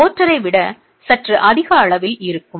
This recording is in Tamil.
மோர்டரை விட சற்று அதிக அளவில் இருக்கும்